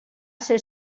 ser